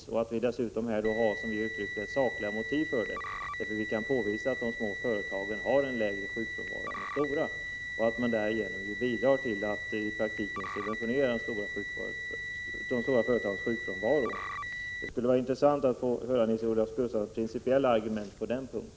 Vi tycker, som vi har uttryckt det, att det finns sakliga motiv, eftersom vi kan påvisa att de små företagen har mindre sjukfrånvaro än de stora och därigenom i praktiken bidrar till att subventionera de stora företagens sjukfrånvaro. Det skulle vara intressant att höra Nils-Olof Gustafssons principiella argument på den punkten.